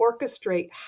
orchestrate